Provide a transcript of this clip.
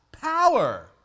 power